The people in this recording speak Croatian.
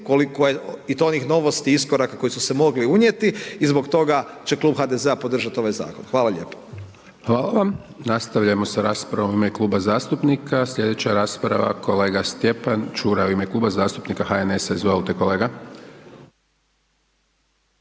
i to onih novosti i iskoraka koji su se mogli unijeti. I zbog toga će klub HDZ-a podržati ovaj zakon. Hvala lijepa. **Hajdaš Dončić, Siniša (SDP)** Hvala vam. Nastavljamo sa raspravom u ime kluba zastupnika. Sljedeća rasprava kolega Stjepan Čuraj u ime Kluba zastupnika HNS-a. Izvolite kolega.